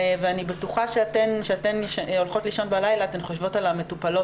אני בטוחה שכשאתן הולכות לישון בלילה אתן חושבות על המטופלות